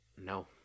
no